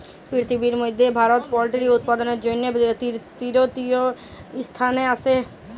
পিরথিবির ম্যধে ভারত পোলটিরি উৎপাদনের জ্যনহে তীরতীয় ইসথানে আসে